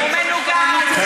הוא מנוגד, הוא מנוגד.